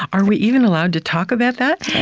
are we even allowed to talk about that?